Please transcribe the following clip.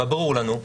אבל ברור לנו,